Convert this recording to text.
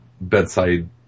bedside